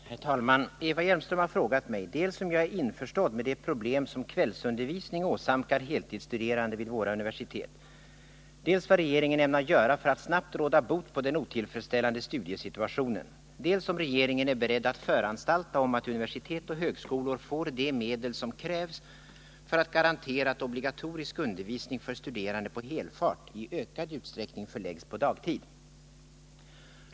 Herr talman! Eva Hjelmström har frågat mig dels om jag är införstådd med de problem som kvällsundervisning åsamkar heltidsstuderande vid våra universitet, dels vad regeringen ämnar göra för att snabbt råda bot på den otillfredsställande studiesituationen, dels om regeringen är beredd att föranstalta om att universitet och högskolor får de medel som krävs för att garantera att obligatorisk undervisning för studerande på helfart i ökad utsträckning förläggs på dagtid.